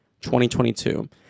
2022